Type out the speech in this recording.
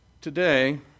Today